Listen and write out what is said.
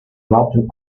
glatten